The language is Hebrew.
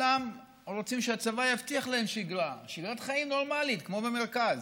כולם רוצים שהצבא יבטיח להם שגרת חיים נורמלית כמו במרכז,